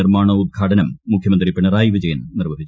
നിർമ്മാണോദ്ഘാടനം മുഖ്യമന്ത്രി ്പിണറായി വിജയൻ നിർവ്വഹിച്ചു